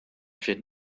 fährt